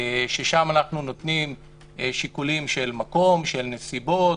ששם אנחנו נותנים שיקולים של מקום, של נסיבות,